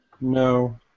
No